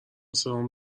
سرم